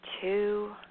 Two